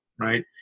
right